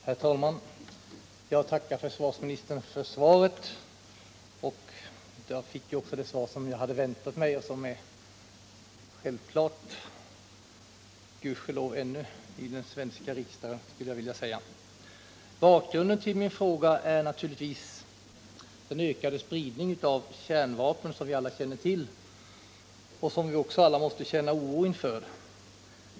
Herr talman! Jag tackar försvarsministern för svaret på min fråga. Jag fick också det svar jag hade väntat mig och som — gudskelov — ännu är självklart i den svenska riksdagen. Bakgrunden till min fråga är naturligtvis den ökade spridning av kärnvapen som vi alla känner till och som också alla måste känna oro inför.